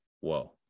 whoa